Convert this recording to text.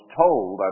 told